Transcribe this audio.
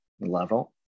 level